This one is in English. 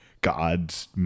gods